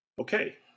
Okay